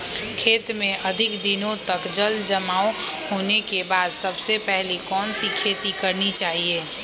खेत में अधिक दिनों तक जल जमाओ होने के बाद सबसे पहली कौन सी खेती करनी चाहिए?